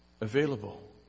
available